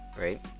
right